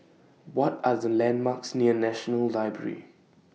What Are The landmarks near National Library